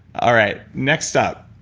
all right, next up,